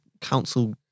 council